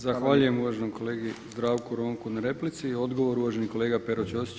Zahvaljujem uvaženom kolegi Zdravku Ronku na replici i odgovor uvaženi kolega Pero Ćosić.